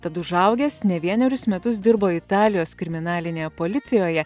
tad užaugęs ne vienerius metus dirbo italijos kriminalinėje policijoje